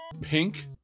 pink